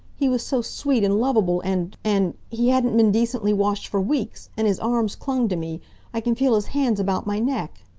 he was so sweet and lovable and and he hadn't been decently washed for weeks and his arms clung to me i can feel his hands about my neck